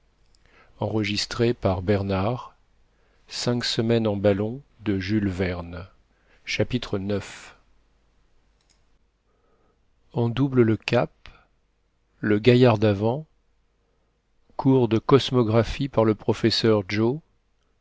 chapitre ix on double le cap le gaillard davant cours de cosmographie par le progrès